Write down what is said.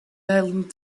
island